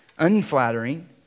Unflattering